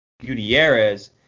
Gutierrez